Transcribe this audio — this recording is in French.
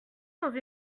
dans